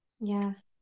Yes